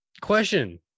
Question